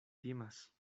timas